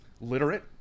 literate